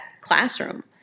classroom